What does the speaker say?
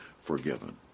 forgiven